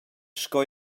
sco